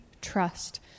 trust